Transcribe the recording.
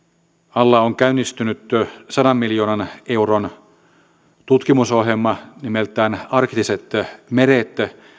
alla on käynnistynyt sadan miljoonan euron tutkimusohjelma nimeltään arktiset meret